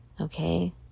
Okay